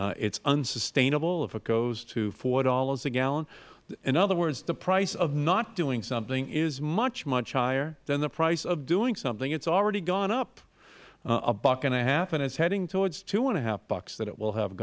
years it is unsustainable if it goes to four dollars a gallon in other words the price of not doing something is much much higher than the price of doing something it has already gone up a buck and a half and it is heading toward two and a half bucks that it will have